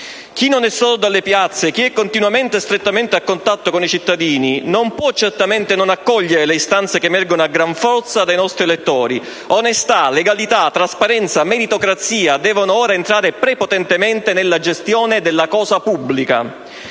Chi non è sordo alle piazze, chi è continuamente e strettamente a contatto con i cittadini, non può certamente non accogliere le istanze che emergono a gran forza dai nostri elettori: onestà, legalità, trasparenza, meritocrazia devono ora entrare prepotentemente nella gestione della cosa pubblica.